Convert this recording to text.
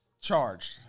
charged